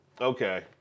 Okay